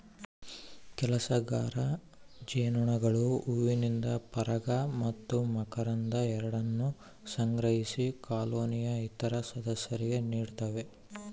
ಕೆಲಸಗಾರ ಜೇನುನೊಣಗಳು ಹೂವುಗಳಿಂದ ಪರಾಗ ಮತ್ತು ಮಕರಂದ ಎರಡನ್ನೂ ಸಂಗ್ರಹಿಸಿ ಕಾಲೋನಿಯ ಇತರ ಸದಸ್ಯರಿಗೆ ನೀಡುತ್ತವೆ